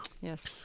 Yes